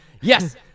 Yes